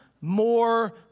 more